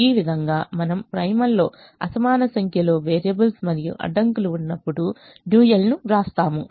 ఈ విధంగామనము ప్రైమల్లో అసమాన సంఖ్యలో వేరియబుల్స్ మరియు అడ్డంకులు ఉన్నప్పుడు డ్యూయల్ ను వ్రాస్తాము